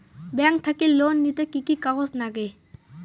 Bank থাকি loan নিতে কি কি কাগজ নাগে?